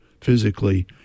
physically